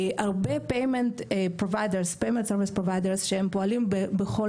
הרבה payment service providers שהם פועלים בכל